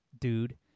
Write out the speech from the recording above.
dude